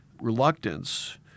reluctance